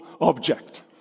object